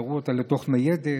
גררו אותה לתוך ניידת.